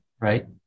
right